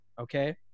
Okay